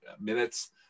minutes